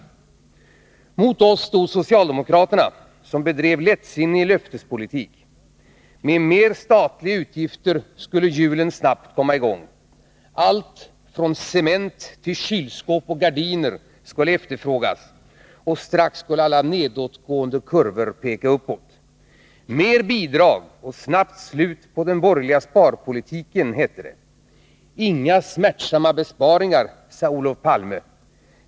3 Motoss stod socialdemokraterna, som bedrev lättsinnig löftespolitik. Med mer statliga utgifter skulle hjulen snabbt komma i gång. Allt från cement till kylskåp och gardiner skulle efterfrågas, och strax skulle alla nedåtgående kurvor peka uppåt. Mer bidrag och snabbt slut på den borgerliga sparpolitiken, hette det. ”Inga smärtsamma besparingar”, sade Olof Palme.